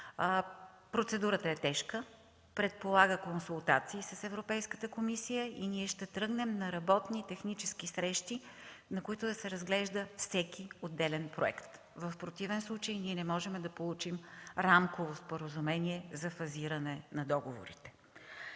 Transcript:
Процедурата е тежка, предполага консултации с Европейската комисия и ние ще тръгнем на работни технически срещи, на които да се разглежда всеки отделен проект. В противен случай не можем да получим рамково споразумение за фазиране на договорите.